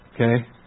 Okay